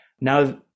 Now